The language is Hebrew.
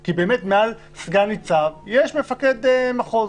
כי באמת על סגן-ניצב יש מפקד מחוז,